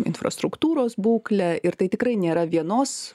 infrastruktūros būklę ir tai tikrai nėra vienos